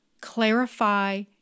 Clarify